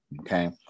okay